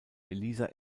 elisa